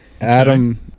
Adam